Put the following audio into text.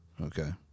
Okay